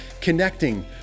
connecting